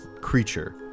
creature